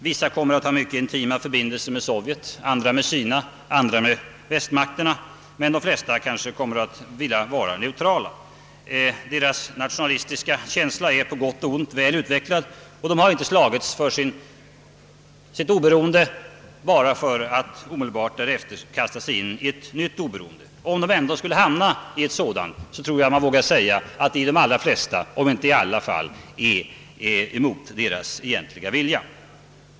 Vissa kommer att ha mycket intima förbindelser med Sovjet, andra med Kina och andra med västmakterna, men de flesta kommer att vilja vara neutrala. Deras nationalistiska känslor är på gott och ont väl utvecklade. De har inte slagits för sitt oberoende bara för att omedelbart därefter kasta sig in i en nytt beroende. Om de ändå skulle hamna i ett sådant tror jag man vågar säga att det i de flesta fall — om inte i alla — sker mot deras egen vilja.